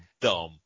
dumb